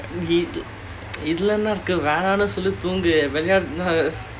நான் என்ன பண்ண முடியும்:naan enna panna mudiyum